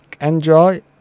Enjoy